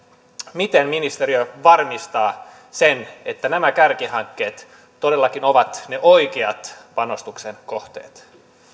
miten ministeriö varmistaa sen että nämä kärkihankkeet todellakin ovat ne oikeat panostuksen kohteet